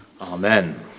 Amen